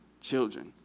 children